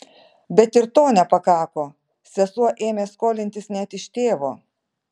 bet ir to nepakako sesuo ėmė skolintis net iš tėvo